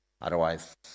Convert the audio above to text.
Otherwise